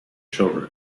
children